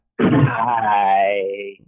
Hi